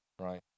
right